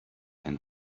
and